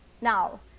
now